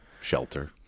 Shelter